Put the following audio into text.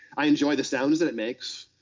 i enjoy the sounds that it makes.